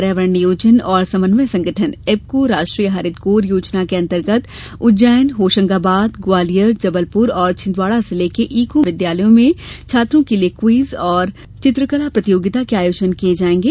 पर्यावरण नियोजन और समन्वय संगठन एप्को राष्ट्रीय हरित कोर योजना के अंतर्गत उज्जैन होशंगाबाद ग्वालियर जबलपुर और छिंदवाड़ा जिलों के ईको विद्यालयों में छात्रों के लिये क्वीज और चित्रकला प्रतियोगिता के आयोजन किये जाएंगे